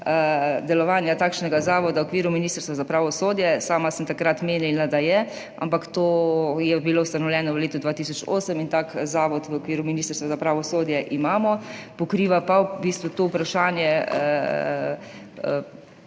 delovanja takšnega zavoda v okviru Ministrstva za pravosodje. Sama sem takrat menila, da je, ampak to je bilo ustanovljeno v letu 2008 in tak zavod v okviru Ministrstva za pravosodje imamo, pokriva pa v bistvu to vprašanje